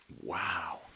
Wow